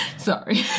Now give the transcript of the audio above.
Sorry